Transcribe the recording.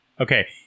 Okay